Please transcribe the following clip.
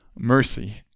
Mercy